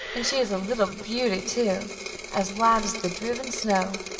and she is a little beauty too as white as the driven snow,